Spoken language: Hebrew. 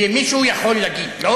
ומישהו יכול להגיד: לא,